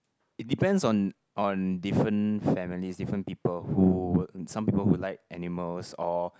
it depends on on different families different people who would some people who like animals or